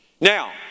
now